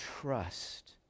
trust